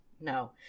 no